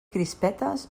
crispetes